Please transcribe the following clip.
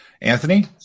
Anthony